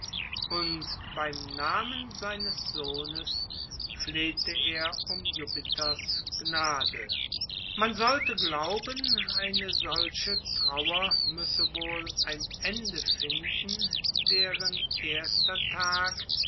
und beim namen seines sohnes flehte er um jupiters gnade man sollte glauben eine solche trauer müsse wohl ein ende finden deren erster tag